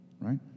Right